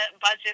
budget